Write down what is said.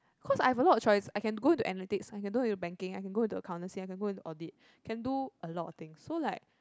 cause I have a lot choice I can go into analytics I can go into banking I can go into accountancy I can go into audit can do a lot of things so like